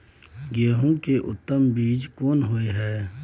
गेहूं के उत्तम बीज कोन होय है?